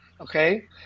Okay